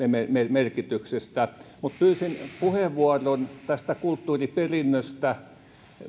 merkityksestä mutta pyysin puheenvuoron kulttuuriperinnöstä siitä